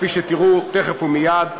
כפי שתראו תכף ומייד.